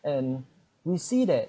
and you see that